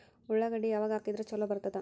ಉಳ್ಳಾಗಡ್ಡಿ ಯಾವಾಗ ಹಾಕಿದ್ರ ಛಲೋ ಬರ್ತದ?